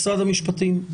משרד המשפטים,